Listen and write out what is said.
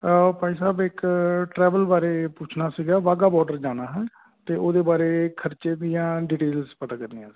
ਭਾਈ ਸਾਹਿਬ ਇੱਕ ਟਰੈਵਲ ਬਾਰੇ ਪੁੱਛਣਾ ਸੀਗਾ ਵਾਗਾ ਬੋਡਰ ਜਾਣਾ ਹੈ ਅਤੇ ਉਹਦੇ ਬਾਰੇ ਖਰਚੇ ਦੀਆਂ ਡਿਟੇਲਸ ਪਤਾ ਕਰਨੀਆਂ ਸੀ